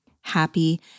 happy